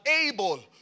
able